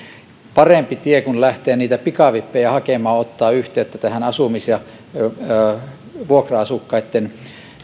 parempi tie kuin lähteä niitä pikavippejä hakemaan on ottaa yhteyttä tähän vuokra asukkaitten